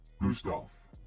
Gustav